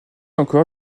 encore